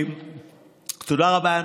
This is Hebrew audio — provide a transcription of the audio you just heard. תודה רבה.